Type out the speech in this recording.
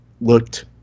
looked